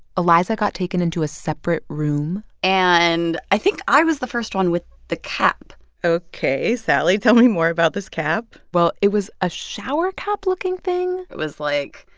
eliza got taken into a separate room and i think i was the first one with the cap ok. sally, tell me more about this cap well, it was a shower-cap-looking thing it was, like,